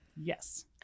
Yes